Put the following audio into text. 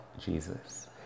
Jesus